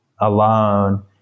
alone